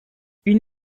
une